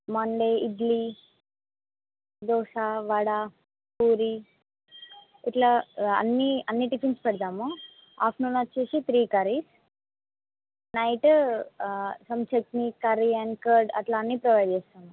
Monday idli dosa vada puri ఇట్లా అన్ని అన్ని టిఫిన్స్ పెడతాము ఆఫ్టర్నూన్ వచ్చేసి three curries night some chutney curry and curd అట్లా అన్నీ ప్రొవైడ్ చేస్తాము